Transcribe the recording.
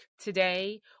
today